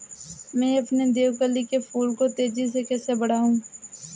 मैं अपने देवकली के फूल को तेजी से कैसे बढाऊं?